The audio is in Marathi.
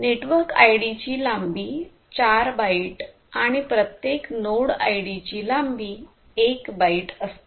नेटवर्क आयडी ची लांबी चार बाईट आणि प्रत्येक नोड आयडीची लांबी एक बाईट असते